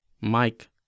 Mike